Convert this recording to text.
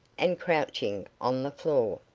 and crouching on the floor.